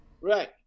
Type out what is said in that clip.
Right